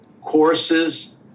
courses